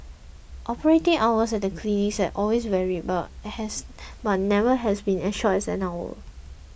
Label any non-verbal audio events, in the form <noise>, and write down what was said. operating hours at the clinics have always varied <unintelligible> but never been as short as an hour